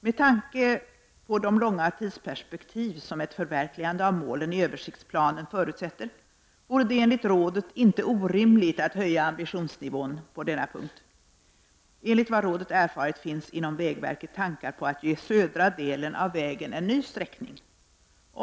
Med tanke på de långa tidsperspektiv som ett förverkligande av målen i översiktsplanen förutsätter vore det enligt rådet inte orimligt att höja ambitionsnivån på denna punkt. Enligt vad rådet erfarit finns inom vägverket tankar på att ge södra delen av vägen en ny sträckning.